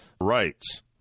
rights